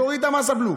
תוריד את מס הבלו.